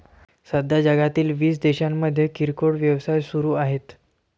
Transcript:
सध्या जगातील वीस देशांमध्ये किरकोळ व्यवसाय सुरू आहेत